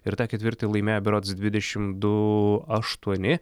ir tą ketvirtį laimėjo berods dvidešimt du aštuoni